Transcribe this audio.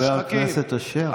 חבר הכנסת אשר.